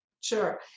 Sure